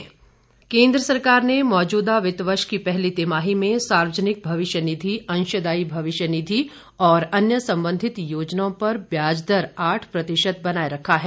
जी P F केन्द्र सरकार ने मौजूदा वित्त वर्ष की पहली तिमाही में सार्वजनिक भविष्य निधि अंशदायी भविष्य् निधि और अन्य संबंधित योजनाओं पर ब्याज दर आठ प्रतिशत बनाए रखा है